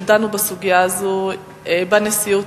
ודנו בסוגיה הזו בנשיאות,